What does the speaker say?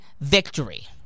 victory